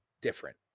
different